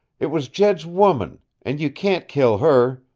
it was jed's woman. and you can't kill her!